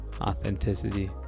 authenticity